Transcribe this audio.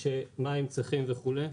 של מה הם צריכים וכולי.